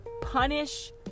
punish